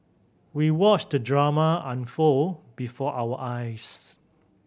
we watched the drama unfold before our eyes